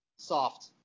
Soft